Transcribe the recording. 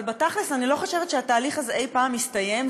אבל בתכל'ס אני לא חושבת שהתהליך הזה אי-פעם יסתיים,